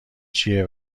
جیه